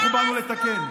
אנחנו באנו לתקן.